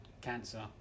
cancer